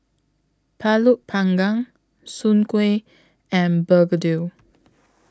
Pulut Panggang Soon Kuih and Begedil